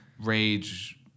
Rage